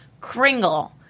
Kringle